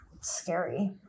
Scary